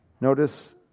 Notice